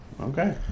Okay